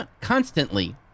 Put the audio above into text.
Constantly